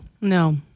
no